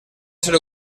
ser